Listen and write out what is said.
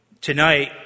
Tonight